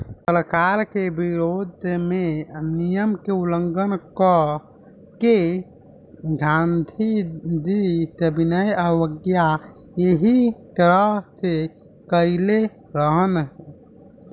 सरकार के विरोध में नियम के उल्लंघन क के गांधीजी सविनय अवज्ञा एही तरह से कईले रहलन